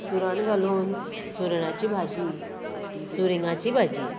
सुरण घालून सुरणाची भाजी सुरिंगाची भाजी